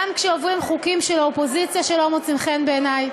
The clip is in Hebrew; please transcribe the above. גם כשעוברים חוקים של האופוזיציה שלא מוצאים חן בעיני,